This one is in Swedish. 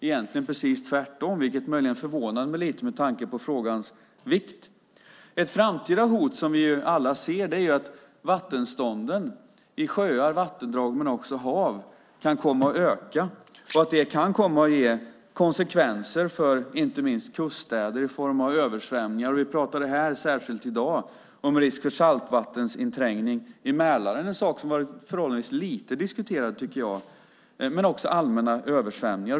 Snarare var det tvärtom, vilket förvånar mig med tanke på frågans vikt. Ett framtida hot som vi alla ser är att vattenståndet i sjöar, vattendrag och hav kan komma att stiga, och att det kan komma att ge konsekvenser, inte minst för kuststäder, i form av översvämningar. Vi pratade här i dag särskilt om risken för saltvattensinträngning i Mälaren, vilket är något som har diskuterats förhållandevis lite, tycker jag.